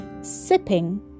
sipping